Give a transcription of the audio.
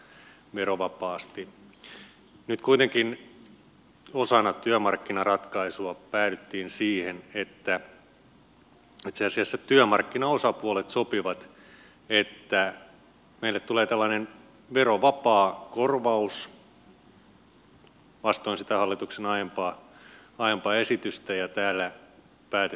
nyt kuitenkin osana työmarkkinaratkaisua päädyttiin siihen itse asiassa työmarkkinaosapuolet sopivat että meille tulee tällainen verovapaa korvaus vastoin hallituksen aiempaa esitystä ja täällä päätettyä lakia